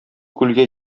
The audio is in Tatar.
күлгә